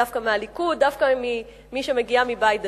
דווקא מהליכוד, דווקא מי שמגיעה מבית דתי.